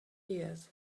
years